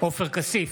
עופר כסיף,